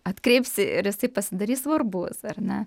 atkreipsi ir jisai pasidarys svarbus ar ne